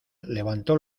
levantó